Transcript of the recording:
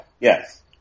Yes